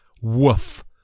Woof